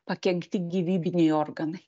pakenkti gyvybiniai organai